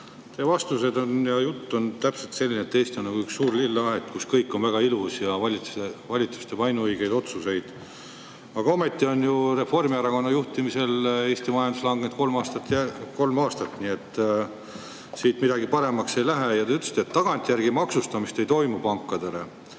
Teie vastused ja jutt on täpselt selline, et Eesti on nagu üks suur lilleaed, kus kõik on väga ilus ja valitsus teeb ainuõigeid otsuseid. Aga ometi on Reformierakonna juhtimisel Eesti majandus langenud kolm aastat, nii et siin midagi paremaks ei lähe. Te ütlesite, et tagantjärgi maksustamist ei toimu pankadele.